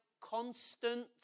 constant